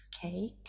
cake